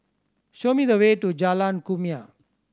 show me the way to Jalan Kumia